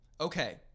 okay